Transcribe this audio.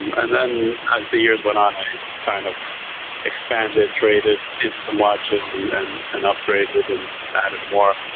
and then as the years went on i kind of expanded, traded in some watches and and upgraded and added more.